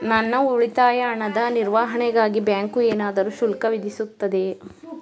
ನನ್ನ ಉಳಿತಾಯ ಹಣದ ನಿರ್ವಹಣೆಗಾಗಿ ಬ್ಯಾಂಕು ಏನಾದರೂ ಶುಲ್ಕ ವಿಧಿಸುತ್ತದೆಯೇ?